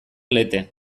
lete